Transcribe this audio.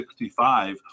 1965